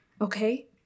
Okay